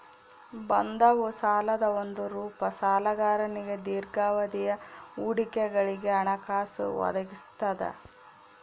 ಬಂಧವು ಸಾಲದ ಒಂದು ರೂಪ ಸಾಲಗಾರನಿಗೆ ದೀರ್ಘಾವಧಿಯ ಹೂಡಿಕೆಗಳಿಗೆ ಹಣಕಾಸು ಒದಗಿಸ್ತದ